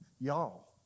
y'all